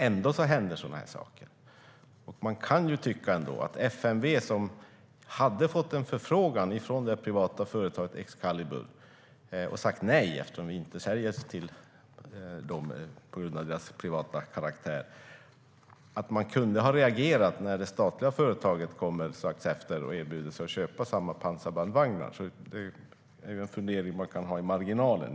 Ändå händer sådana här saker. Man kan ju tycka att FMV, som hade fått en förfrågan från det privata företaget Excalibur och sagt nej eftersom vi inte säljer till det företaget på grund av dess privata karaktär, kunde ha reagerat när det statliga företaget strax efteråt erbjöd sig att köpa samma pansarbandvagnar. Det är en fundering man kan ha i marginalen.